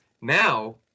now